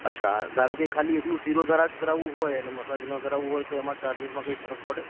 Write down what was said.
અચ્છા ધારોકે ખાલી એકલું શિરોધરા કરાવવું હોય ને મસાજ ના કરાવવું હોય તો એમાં ચાર્જિસમાં કંઈ ફરક પડે